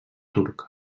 turc